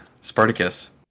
Spartacus